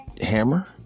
hammer